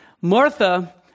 Martha